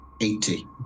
Eighty